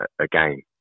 again